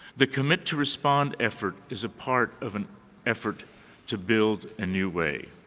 the commit two respond effort is a part of an effort to build a new way.